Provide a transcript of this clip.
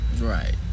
Right